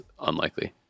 unlikely